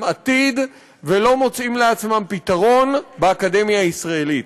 עתיד ולא מוצאים לעצמם פתרון באקדמיה הישראלית.